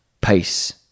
Peace